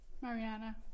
Mariana